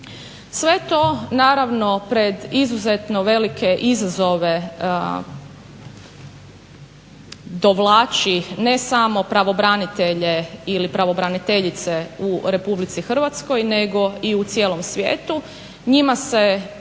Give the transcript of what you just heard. Sve to naravno pred izuzetno velike izazove dovlači ne samo pravobranitelje ili pravobraniteljice u RH nego i u cijelom svijetu. Njima se